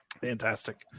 Fantastic